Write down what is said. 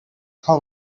how